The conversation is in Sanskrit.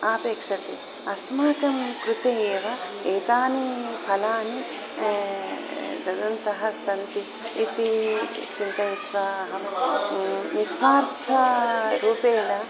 आपेक्षते अस्माकं कृते एव एतानि फलानि ददन्तः सन्ति इति चिन्तयित्वा अहं निस्वार्थरूपेण